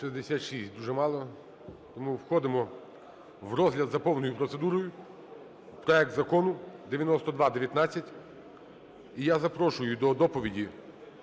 66 – дуже мало. Тому входимо в розгляд за повною процедурою, проект Закону 9219. І я запрошую до доповіді